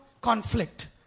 conflict